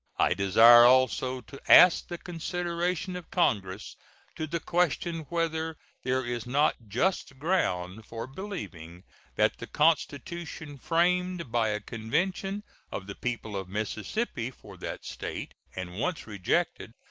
i desire also to ask the consideration of congress to the question whether there is not just ground for believing that the constitution framed by a convention of the people of mississippi for that state, and once rejected,